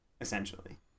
Essentially